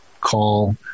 call